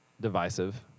Divisive